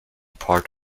part